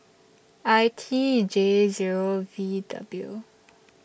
I T J Zero V W